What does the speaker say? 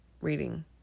Reading